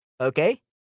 Okay